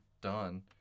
done